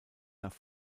nach